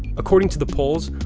according to the polls,